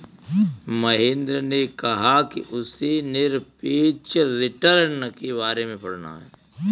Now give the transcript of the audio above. महेंद्र ने कहा कि उसे निरपेक्ष रिटर्न के बारे में पढ़ना है